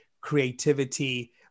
creativity